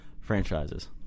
franchises